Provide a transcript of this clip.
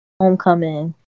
Homecoming